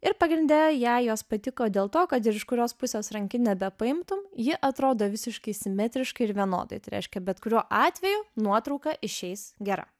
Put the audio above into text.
ir pagrinde jai jos patiko dėl to kad ir iš kurios pusės rankinę bepaimtum ji atrodo visiškai simetriškai ir vienodai tai reiškia bet kuriuo atveju nuotrauka išeis gera